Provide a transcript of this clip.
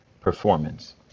performance